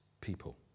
people